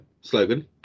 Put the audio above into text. slogan